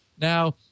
Now